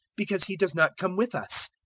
because he does not come with us.